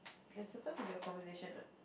and suppose to be a conversation what